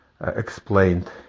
Explained